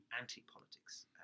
anti-politics